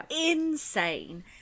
insane